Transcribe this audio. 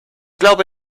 glaube